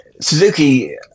Suzuki